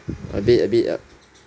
a bit a bit err